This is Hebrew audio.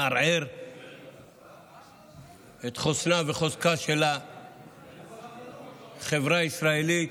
מערער את חוסנה וחוזקה של החברה הישראלית.